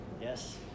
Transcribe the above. Yes